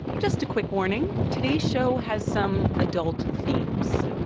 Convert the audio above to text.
just a quick warning today's show has some adult themes